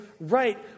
right